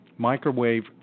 microwave